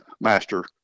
master